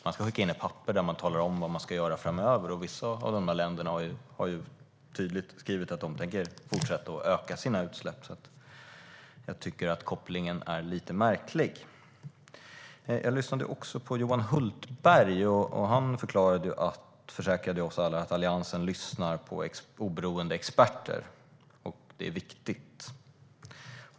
Man ska skicka in ett papper där man talar om vad man ska göra framöver. Vissa av länderna har tydligt skrivit att de tänker fortsätta att öka sina utsläpp. Därför tycker jag att kopplingen är lite märklig. Jag lyssnade också på Johan Hultberg. Han försäkrade oss alla att Alliansen lyssnar på oberoende experter och att det är viktigt.